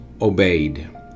obeyed